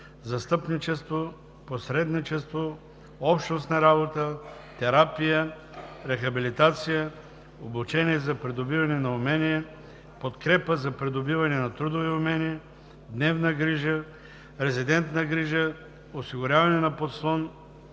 „Застъпничество“, „Посредничество“, „Общностна работа“, „Терапия“, „Рехабилитация“, „Обучение за придобиване на умения“, „Подкрепа за придобиване на трудови умения“, „Дневна грижа“, „Резидентна грижа“, „Осигуряване на подслон“,